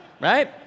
Right